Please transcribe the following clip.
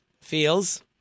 feels